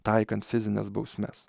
taikant fizines bausmes